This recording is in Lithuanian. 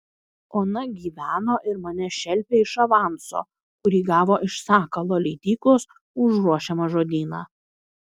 ona gyveno ir mane šelpė iš avanso kurį gavo iš sakalo leidyklos už ruošiamą žodyną